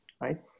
Right